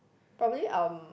probably um